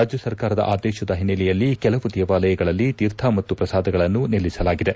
ರಾಜ್ಯ ಸರ್ಕಾರದ ಆದೇಶದ ಹಿನ್ನೆಲೆಯಲ್ಲಿ ಕೆಲವು ದೇವಾಲಯಗಳಲ್ಲಿ ತೀರ್ಥ ಮತ್ತು ಪ್ರಸಾದಗಳನ್ನು ನಿಲ್ಲಿಸಲಾಗಿದೆ